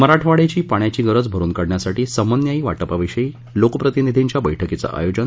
मराठवाङ्याची पाण्याची गरज भरुन काढण्यासाठी समन्यायी वाटपाविषयी लोकप्रतिनीधीच्या बैठकीचे आयोजन